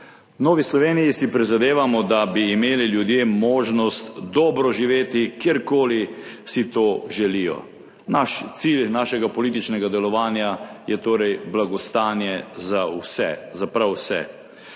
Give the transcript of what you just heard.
Novi Sloveniji si prizadevamo, da bi imeli ljudje možnost dobro živeti, kjerkoli si to želijo. Naš cilj našega političnega delovanja je torej blagostanje za vse, za prav vse.